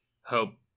hope